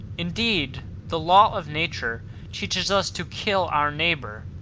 indeed, the law of nature teaches us to kill our neighbour,